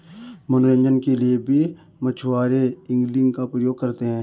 मनोरंजन के लिए भी मछुआरे एंगलिंग का प्रयोग करते हैं